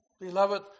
beloved